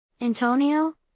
Antonio